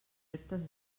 reptes